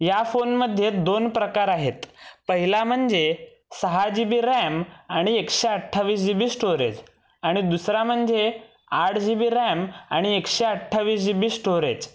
या फोनमध्ये दोन प्रकार आहेत पहिला म्हणजे सहा जी बी रॅम आणि एकशे अठ्ठावीस जी बी स्टोरेज आणि दुसरा म्हणजे आठ जी बी रॅम आणि एकशे अठ्ठावीस जी बी स्टोरेज